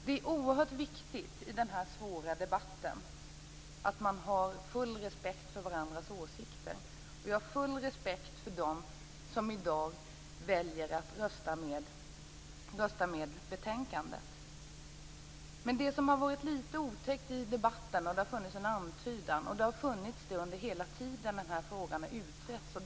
I denna svåra debatt är det oerhört viktigt att vi har full respekt för varandras åsikter. Jag har full respekt för dem som i dag väljer att rösta för hemställan i betänkandet. En sak som har varit litet otäck i debatten är den antydan som under hela den tid som frågan utretts och debatterats har funnits med.